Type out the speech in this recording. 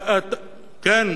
כן,